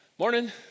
Morning